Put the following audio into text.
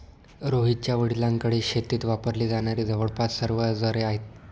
रोहितच्या वडिलांकडे शेतीत वापरली जाणारी जवळपास सर्व अवजारे आहेत